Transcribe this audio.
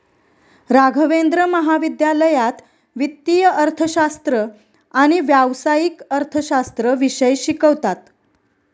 राघवेंद्र महाविद्यालयात वित्तीय अर्थशास्त्र आणि व्यावसायिक अर्थशास्त्र विषय शिकवतात